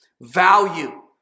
value